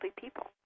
people